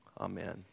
Amen